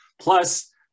Plus